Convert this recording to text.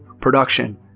production